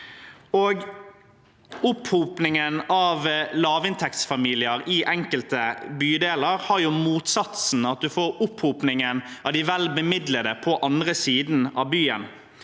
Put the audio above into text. Opphopningen av lavinntektsfamilier i enkelte bydeler har den motsatsen at man får en opphopning av de velbemidlede på den andre siden av byen.